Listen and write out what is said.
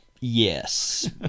yes